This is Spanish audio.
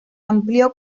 amplió